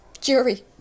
Jury